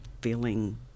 feeling